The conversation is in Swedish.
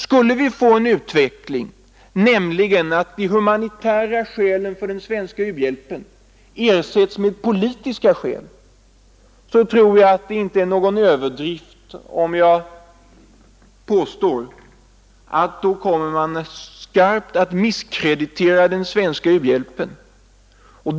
Skulle vi få en sådan utveckling att de humanitära skälen för det svenska biståndet ersätts med politiska skäl, är det säkert ingen överdrift att påstå att man då skarpt kommer att misskreditera den svenska u-hjälpen.